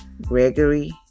Gregory